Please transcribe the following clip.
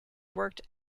worked